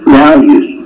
values